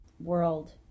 world